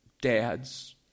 dads